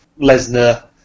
Lesnar